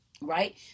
right